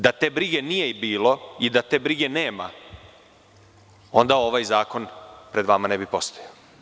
Da te brige i nije bilo i da te brige nema, onda ovaj zakon pred vama ne bi postojao.